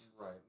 right